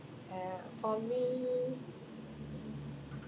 uh for me